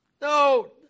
No